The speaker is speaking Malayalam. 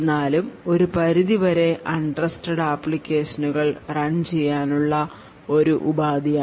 എന്നാലും ഒരു പരിധി വരെ അൺ ട്രസ്റ്റഡ് അപ്ലിക്കേഷനുകൾ റൺ ചെയ്യാനുള്ള ഒരു ഉപാധിയാണ്